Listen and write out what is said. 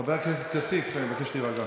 חבר הכנסת כסיף, אני מבקש להירגע.